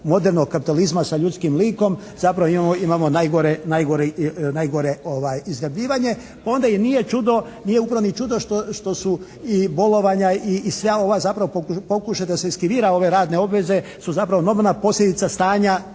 modernog kapitalizma sa ljudskim likom zapravo imamo najgore izrabljivanje. Onda i nije čudo, nije upravo ni čudo što su i bolovanja i sva ova zapravo pokušaj da se eskivira ove radne obveze su zapravo normalna posljedica stanja